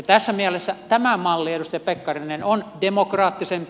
tässä mielessä tämä malli edustaja pekkarinen on demokraattisempi